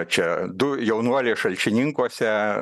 čia du jaunuoliai šalčininkuose